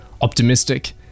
optimistic